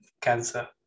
cancer